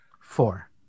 Four